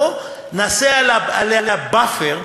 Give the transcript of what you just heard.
בוא נעשה עליה buffer,